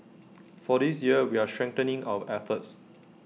for this year we're strengthening our efforts